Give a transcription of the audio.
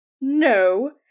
No